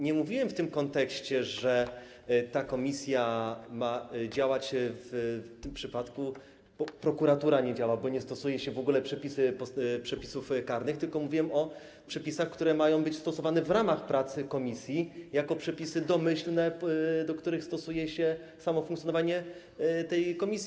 Nie mówiłem tego w tym kontekście, że ta komisja ma działać w tym przypadku, kiedy prokuratura nie działa, bo nie stosuje się przepisów karnych, tylko mówiłem o przepisach, które mają być stosowane w ramach pracy komisji jako przepisy domyślne, do których dostosowuje się samo funkcjonowanie tej komisji.